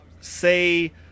say